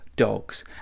Dogs